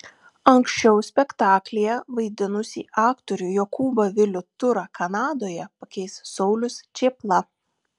anksčiau spektaklyje vaidinusį aktorių jokūbą vilių tūrą kanadoje pakeis saulius čėpla